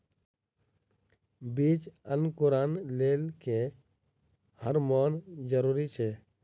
बीज अंकुरण लेल केँ हार्मोन जरूरी छै?